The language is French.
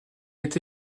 été